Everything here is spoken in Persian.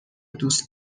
دوست